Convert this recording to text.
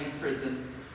prison